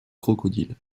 crocodile